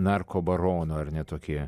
narko baronų ar ne tokį